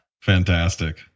fantastic